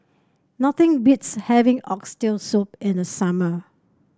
nothing beats having Oxtail Soup in the summer